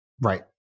Right